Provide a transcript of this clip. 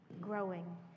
growing